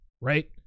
right